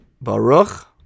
Baruch